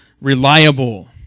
reliable